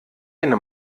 eine